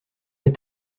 est